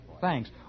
Thanks